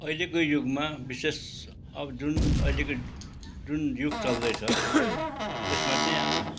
अहिलेको युगमा विशेष अब जुन अहिलेको जुन युग चल्दैछ यो यसमा चाहिँ